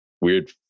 weird